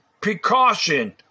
precaution